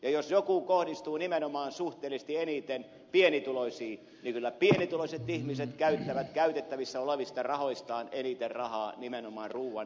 ja jos joku kohdistuu nimenomaan suhteellisesti eniten pienituloisiin niin kyllä pienituloiset ihmiset käyttävät käytettävissä olevista rahoistaan eniten rahaa nimenomaan ruuan ja elintarvikkeiden hankintaan